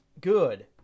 good